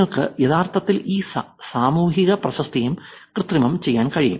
നിങ്ങൾക്ക് യഥാർത്ഥത്തിൽ ഈ സാമൂഹിക പ്രശസ്തിയും കൃത്രിമം ചെയ്യാൻ കഴിയും